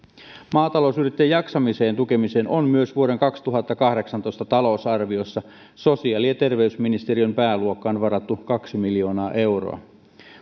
maatalousyrittäjien jaksamisen tukemiseen on myös vuoden kaksituhattakahdeksantoista talousarviossa sosiaali ja terveysministeriön pääluokkaan varattu kaksi miljoonaa euroa